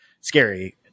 scary